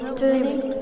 turning